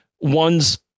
one's